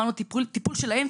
טיפול שלהם,